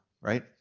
right